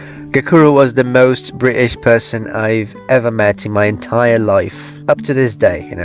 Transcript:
gakuru was the most british person i've ever met in my entire life up to this day you know